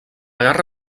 guerra